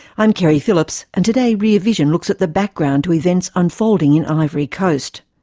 i'm keri phillips, and today rear vision looks at the background to events unfolding in ivory coast.